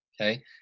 Okay